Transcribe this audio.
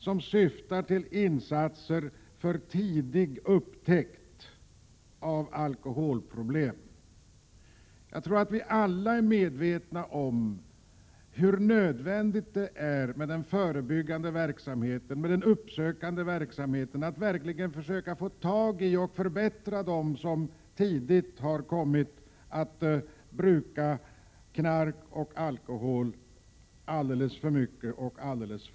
Den syftar till insatser för tidig upptäckt av alkoholproblem. Jag tror att vi alla är medvetna om hur nödvändig den förebyggande och uppsökande verksamheten är för att man verkligen skall kunna få tag i och göra något åt dem som alldeles för tidigt har kommit att bruka alldeles för mycket alkohol och knark.